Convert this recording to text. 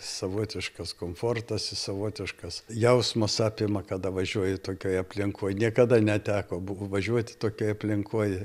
savotiškas komfortas savotiškas jausmas apima kada važiuoji tokioj aplinkoj niekada neteko buvo važiuoti tokioj aplinkoj